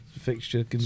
fixture